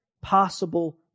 possible